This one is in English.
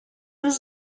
was